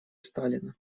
сталина